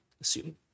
assume